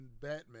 Batman